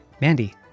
Mandy